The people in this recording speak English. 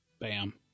bam